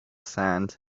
sand